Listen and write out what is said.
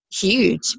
huge